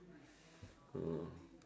oh